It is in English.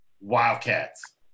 Wildcats